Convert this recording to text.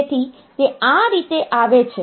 જેથી તે આ રીતે આવે છે